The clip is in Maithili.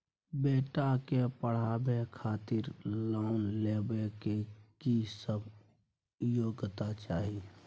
बेटा के पढाबै खातिर लोन लेबै के की सब योग्यता चाही?